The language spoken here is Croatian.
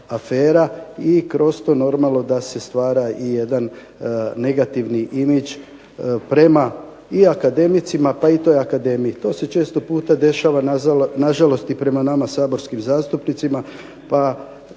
afera i kroz to normalno da se stvara i jedan negativni imidž prema i akademicima pa i toj akademiji. To se često puta dešava nažalost i prema nama saborskim zastupnicima pa